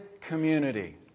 community